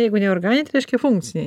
jeigu ne organiniai tai reiškia funkciniai